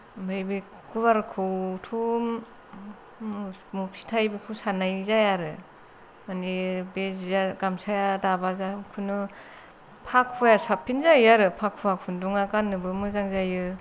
ओमफाय बे गुवारखौथ' मुफ्से थायो बेखौ साननाय जाया आरो माने बे जिया गामसाया दाबा जों खुनु फाखुवाया साबसिन जायो आरो फाखुवा खुन्दुङा गाननोबो मोजां जायो